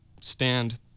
stand